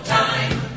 time